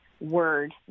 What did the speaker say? word